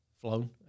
flown